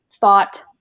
thought